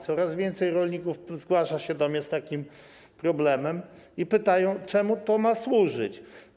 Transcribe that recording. Coraz więcej rolników zgłasza się do mnie z takim problemem i pyta, czemu to ma służyć.